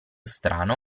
strano